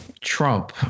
Trump